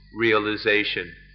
realization